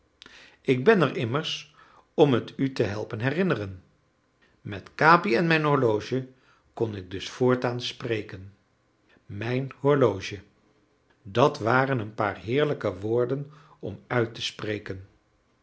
ik ben er immers om het u te helpen herinneren met capi en mijn horloge kon ik dus voortaan spreken mijn horloge dat waren een paar heerlijke woorden om uit te spreken